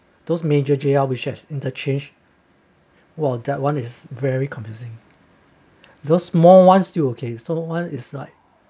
those major J_R research interchange !wah! that one is very confusing those small one still okay small one is like